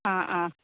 ആ ആ